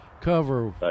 cover